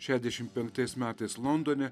šešiasdešimt penktais metais londone